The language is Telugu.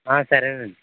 సరేనండి